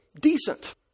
decent